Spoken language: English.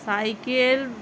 cycle